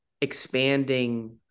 expanding